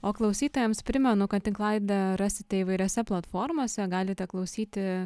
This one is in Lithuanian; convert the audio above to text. o klausytojams primenu kad tinklalaidę rasite įvairiose platformose galite klausyti